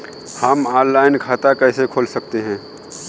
हम ऑनलाइन खाता कैसे खोल सकते हैं?